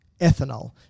ethanol